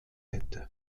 hätte